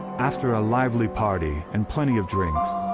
after a lively party and plenty of drinks,